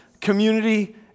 community